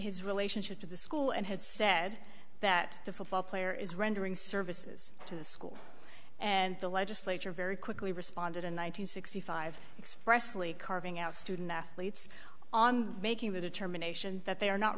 his relationship to the school and had said that the football player is rendering services to the school and the legislature very quickly responded in one thousand nine hundred sixty five expressly carving out student athletes on making the determination that they are not